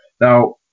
Now